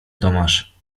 tomasz